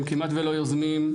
הם כמעט ולא יוזמים,